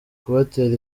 kubatera